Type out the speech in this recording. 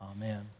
Amen